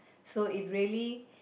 so it really